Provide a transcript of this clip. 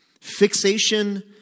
Fixation